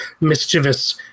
mischievous